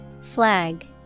Flag